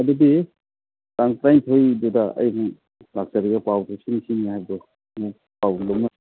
ꯑꯗꯨꯗꯤ ꯇꯥꯡ ꯇꯔꯥꯅꯤꯊꯣꯏꯗꯨꯗ ꯑꯩ ꯂꯥꯛꯆꯔꯒꯦ ꯄꯥꯎꯗꯣ ꯁꯤꯅꯤ ꯁꯤꯅꯤ ꯍꯥꯏꯕꯗꯣ